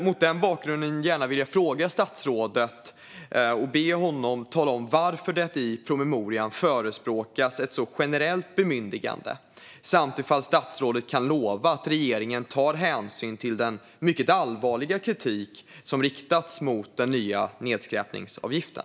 Mot denna bakgrund skulle jag gärna vilja be statsrådet att tala om varför det i promemorian förespråkas ett så generellt bemyndigande och ifall han kan lova att regeringen tar hänsyn till den mycket allvarliga kritik som riktats mot den nya nedskräpningsavgiften.